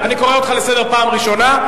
אני קורא אותך לסדר פעם ראשונה,